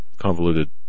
convoluted